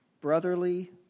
Brotherly